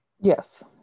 Yes